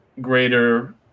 greater